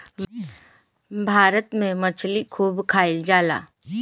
भारत में मछली खूब खाईल जाला